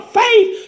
faith